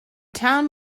town